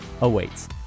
awaits